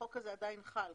החוק הזה עדיין חל.